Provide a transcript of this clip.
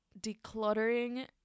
decluttering